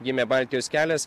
gimė baltijos kelias